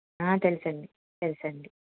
తెలుసు అండి తెలుసు అండి